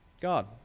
God